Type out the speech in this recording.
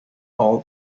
all